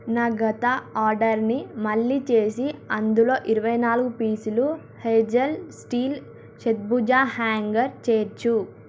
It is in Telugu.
నా గత ఆర్డర్ని మళ్ళీ చేసి అందులో ఇరవై నాలుగు పీసులు హేజల్ స్టీల్ షడ్భుజ హ్యాంగర్ చేర్చు